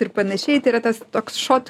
ir panašiai tai yra tas toks šot